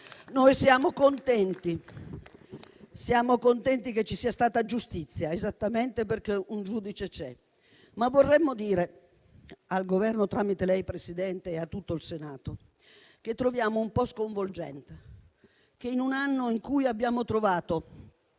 Noi siamo contenti che ci sia stata giustizia, esattamente perché un giudice c'è. Ma vorremmo dire al Governo tramite lei, signora Presidente, e a tutto il Senato che troviamo un po' sconvolgente che in un anno in cui abbiamo trovato